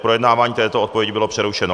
Projednávání této odpovědi bylo přerušeno.